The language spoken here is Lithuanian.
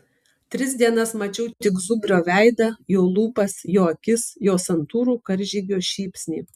tris dienas mačiau tik zubrio veidą jo lūpas jo akis jo santūrų karžygio šypsnį